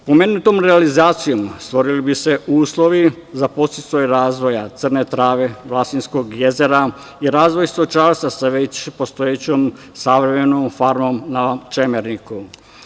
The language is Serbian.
Pomenutom realizacijom stvorili bi se uslovi za podsticaj razvoja Crne Trave, Vlasinskog jezera i razvoj stočarstva sa već postojećom savremenom farmom na Čemerniku.